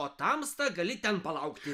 o tamsta gali ten palaukti